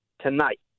Tonight